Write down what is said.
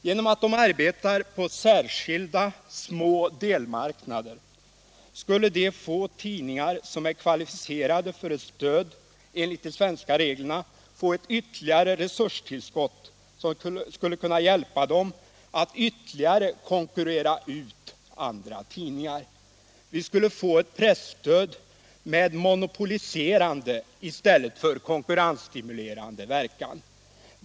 Genom att de arbetar på särskilda, små delmarknader skulle de få tidningar som är kvalificerade för ett stöd enligt de svenska reglerna få ett resurstillskott, som skulle kunna hjälpa dem att ytterligare konkurrera ut andra tidningar. Vi skulle få ett presstöd med monopoliserande i stället för konkurrensstimulerande verkan.